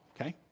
okay